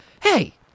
Hey